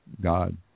God